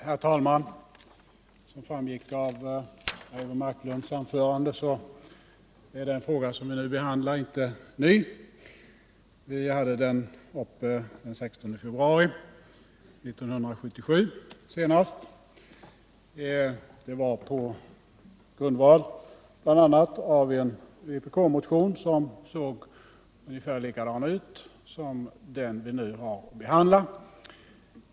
Herr talman! Som framgick av Eivor Marklunds anförande är den fråga som vi nu behandlar inte ny. Vi hade den uppe till behandling senast den 16 februari 1977 på grundval bl.a. av en vpk-motion som såg ungefär likadan ut som den vi nu har att behandla.